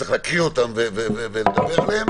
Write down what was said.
שצריך להקריא אותן ולדבר עליהן,